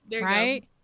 Right